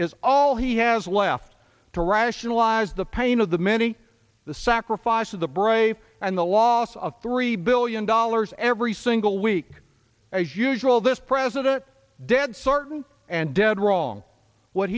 is all he has left to rationalize the pain of the many the sacrifice of the brave and the loss of three billion dollars every single week as usual this president dead certain and dead wrong what